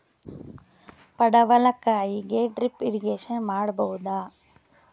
ಪಡವಲಕಾಯಿಗೆ drip irrigation ಮಾಡಬೋದ?